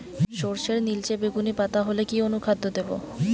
সরর্ষের নিলচে বেগুনি পাতা হলে কি অনুখাদ্য দেবো?